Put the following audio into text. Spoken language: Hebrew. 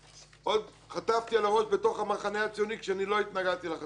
חטפתי על הראש בתוך המחנה הציוני כשלא התנגדתי לחטיבה להתיישבות,